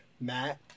Matt